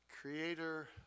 Creator